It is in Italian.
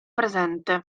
presente